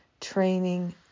Training